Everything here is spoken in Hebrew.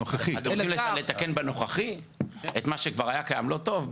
אתם רוצים לתקן בנוכחי את מה שכבר היה לא טוב?